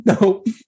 Nope